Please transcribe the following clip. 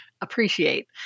appreciate